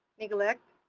neglect,